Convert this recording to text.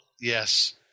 Yes